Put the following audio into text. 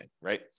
right